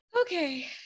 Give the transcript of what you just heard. Okay